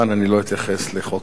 אני לא אתייחס לחוק טל.